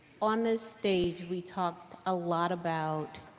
on this stage, we talked a lot about